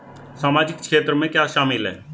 सामाजिक क्षेत्र में क्या शामिल है?